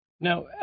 Now